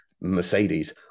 Mercedes